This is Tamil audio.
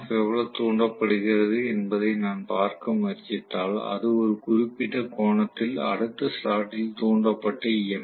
எஃப் எவ்வளவு தூண்டப்படுகிறது என்பதை நான் பார்க்க முயற்சித்தால் அது ஒரு குறிப்பிட்ட கோணத்தில் அடுத்த ஸ்லாட்டில் தூண்டப்பட்ட ஈ